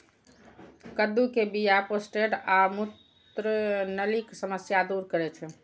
कद्दू के बीया प्रोस्टेट आ मूत्रनलीक समस्या दूर करै छै